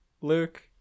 Luke